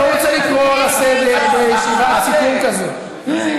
אני לא רוצה לקרוא לסדר בישיבת סיכום כזאת.